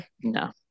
No